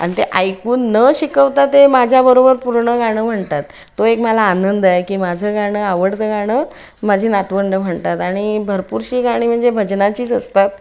आणि ते ऐकून न शिकवता ते माझ्याबरोबर पूर्ण गाणं म्हणतात तो एक मला आनंद आहे की माझं गाणं आवडतं गाणं माझी नातवंडं म्हणतात आणि भरपूरशी गाणी म्हणजे भजनाचीच असतात